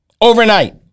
overnight